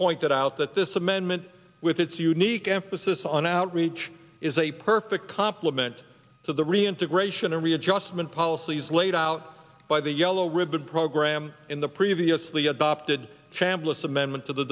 pointed out that this amendment with its unique emphasis on outreach is a perfect implement the reintegration readjustment policies laid out by the yellow ribbon program in the previously adopted chambliss amendment to the